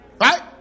Right